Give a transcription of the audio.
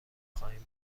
خواهیم